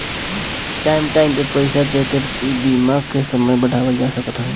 time time पे पईसा देके इ बीमा के समय बढ़ावल जा सकत हवे